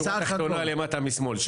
שורה תחתונה למטה משמאל.